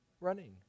running